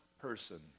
person